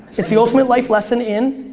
it's the ultimate life lesson in?